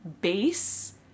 base